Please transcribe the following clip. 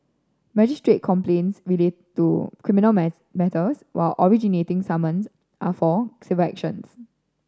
magistrate complaints relate to criminal matters while originating summons are for civil actions